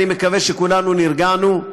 אני מקווה שכולנו נרגענו,